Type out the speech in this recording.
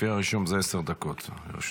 לפי הרישום זה עשר דקות לרשותך.